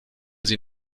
sie